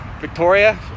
Victoria